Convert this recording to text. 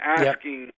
asking